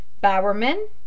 Bowerman